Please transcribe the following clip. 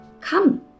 come